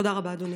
תודה רבה, אדוני.